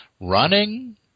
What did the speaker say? running